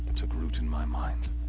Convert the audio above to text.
took root in my mind.